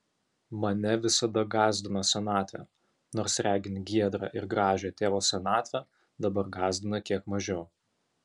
mane visada gąsdino senatvė nors regint giedrą ir gražią tėvo senatvę dabar gąsdina kiek mažiau